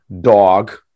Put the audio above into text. dog